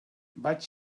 vaig